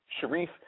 Sharif